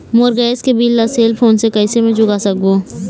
मोर gas के bill ला cell phone से कैसे म चुका सकबो?